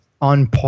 on